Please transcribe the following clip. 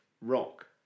rock